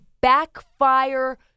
backfire